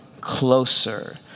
closer